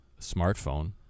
smartphone